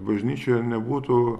bažnyčioje nebūtų